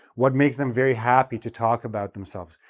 what makes them very happy to talk about themselves?